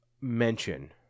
mention